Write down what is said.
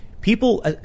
people